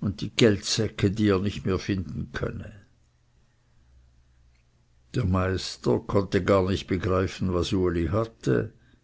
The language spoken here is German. und die geldsäcke die er nicht mehr finden könne der meister konnte gar nicht begreifen was uli hatte